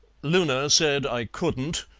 loona said i couldn't,